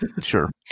sure